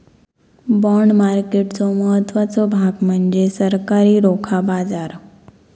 bond मार्केटचो महत्त्वाचो भाग म्हणजे सरकारी रोखा बाजार